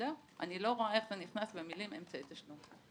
אני לא רואה איך זה נכנס במלים - אמצעי תשלום.